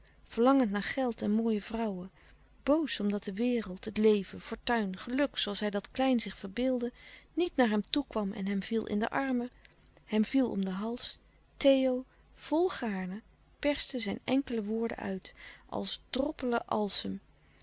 verlangend naar geld en mooie vrouwen boos omdat de wereld het leven fortuin geluk zooals hij dat klein zich verbeeldde niet naar hem toekwam en hem viel in de armen hem viel om den hals theo volgaarne perste zijn enkele woorden uit als droppelen alsem